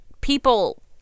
people